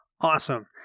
awesome